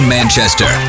Manchester